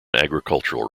agricultural